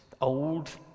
old